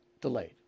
Delayed